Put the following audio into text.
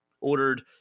ordered